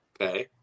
Okay